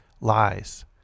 lies